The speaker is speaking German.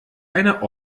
einer